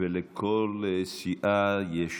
לכל סיעה יש